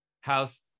house